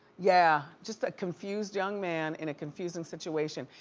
yeah, just a confused young man in a confusing situation.